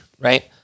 Right